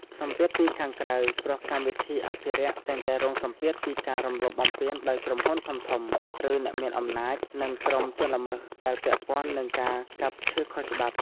សម្ពាធពីខាងក្រៅ ព្រោះកម្មវិធីអភិរក្សតែងតែរងសម្ពាធពីការរំលោភបំពានដោយក្រុមហ៊ុនធំៗ ឬអ្នកមានអំណាច និងក្រុមជនល្មើសដែលពាក់ព័ន្ធនឹងការកាប់ឈើខុសច្បាប់។